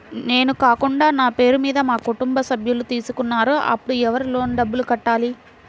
నేను కాకుండా నా పేరు మీద మా కుటుంబ సభ్యులు తీసుకున్నారు అప్పుడు ఎవరు లోన్ డబ్బులు కట్టాలి?